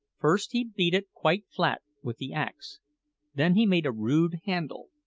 first, he beat it quite flat with the axe then he made a rude handle,